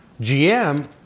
GM